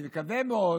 אני מקווה מאוד